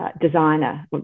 designer